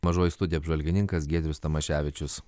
mažoji studija apžvalgininkas giedrius tamaševičius